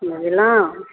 बुझलहुँ